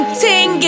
ting